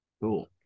Cool